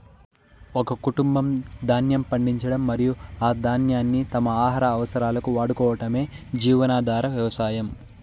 ఒక కుటుంబం ధాన్యం పండించడం మరియు ఆ ధాన్యాన్ని తమ ఆహార అవసరాలకు వాడుకోవటమే జీవనాధార వ్యవసాయం